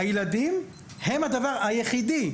הילדים הם הדבר היחידי.